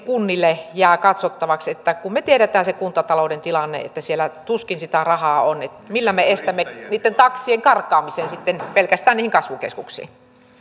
kunnille katsottavaksi ja kun me tiedämme kuntatalouden tilanteen että tuskin siellä sitä rahaa on niin millä me estämme taksien karkaamisen pelkästään niihin kasvukeskuksiin